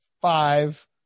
five